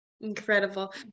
Incredible